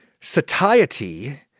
Satiety